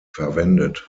verwendet